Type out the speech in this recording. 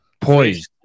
poised